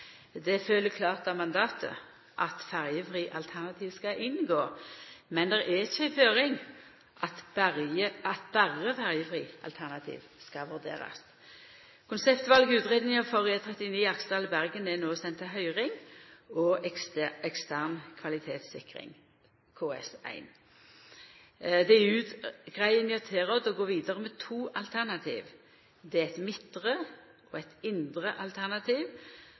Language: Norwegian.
Det følgjer klart av mandatet at ferjefritt alternativ skal inngå, men det er ikkje ei føring at berre ferjefritt alternativ skal vurderast. Konseptvalutgreiinga for E39 Aksdal–Bergen er no send til høyring og ekstern kvalitetssikring, KS1. Det er i utgreiinga tilrådd å gå vidare med to alternativ, eit midtre og eit indre alternativ,